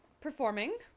performing